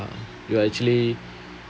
you're actually